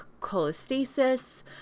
cholestasis